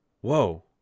Whoa